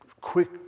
quick